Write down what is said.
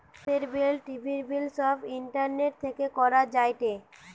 গ্যাসের বিল, টিভির বিল সব ইন্টারনেট থেকে করা যায়টে